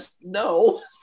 No